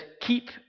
Keep